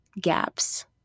gaps